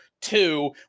two